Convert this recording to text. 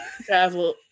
Travel